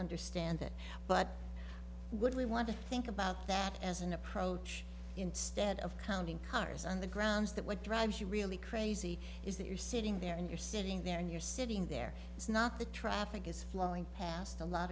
understand it but would we want to think about that as an approach instead of counting cars on the grounds that what drives you really crazy is that you're sitting there and you're sitting there and you're sitting there it's not the traffic is flowing past a lot